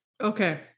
Okay